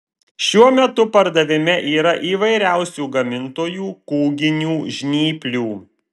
šiuo metu pardavime yra įvairiausių gamintojų kūginių žnyplių